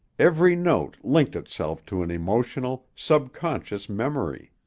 every note linked itself to an emotional, subconscious memory.